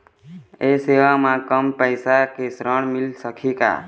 ये सेवा म कम पैसा के ऋण मिल सकही का?